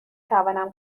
توانم